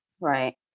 Right